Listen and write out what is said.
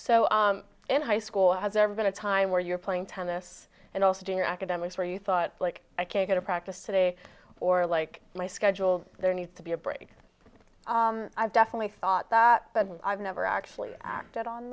so in high school has ever been a time where you're playing tennis and also do your academics where you thought like i can't go to practice today or like my schedule there needs to be a break i've definitely thought that i've never actually acted on